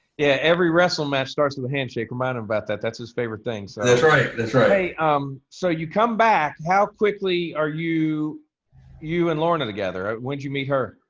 yeah, every wrestling match starts with a handshake, remind him about that that's his favorite thing so. that's right, that's right. hey um so, you come back, how quickly are you you and lorna together when did you meet her?